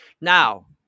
Now